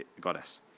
goddess